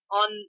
on